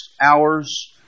hours